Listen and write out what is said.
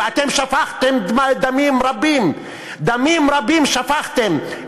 ואתם שפכתם דמים רבים, דמים רבים שפכתם.